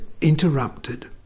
interrupted